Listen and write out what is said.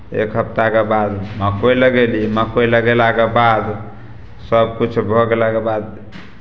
एक हफ्ताके बाद मकइ लगयली मकइ लगेलाके बाद सभकिछु भऽ गेलाके बाद